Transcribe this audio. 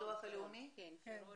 שמי